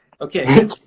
Okay